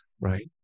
Right